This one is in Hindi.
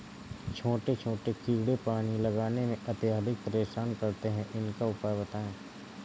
छोटे छोटे कीड़े पानी लगाने में अत्याधिक परेशान करते हैं इनका उपाय बताएं?